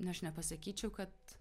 nu aš nepasakyčiau kad